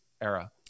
era